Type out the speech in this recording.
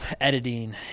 Editing